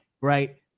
right